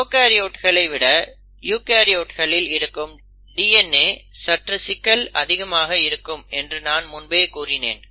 ப்ரோகாரியோட்களை விட யூகரியோட்ஸ்களில் இருக்கும் DNA சற்று சிக்கல் அதிகமாக இருக்கும் என்று நான் முன்பே கூறினேன்